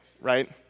Right